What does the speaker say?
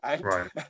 Right